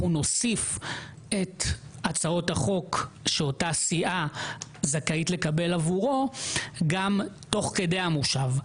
נוסיף את הצעות החוק שאותה סיעה זכאית לקבל עבורו תוך כדי המושב.